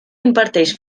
imparteix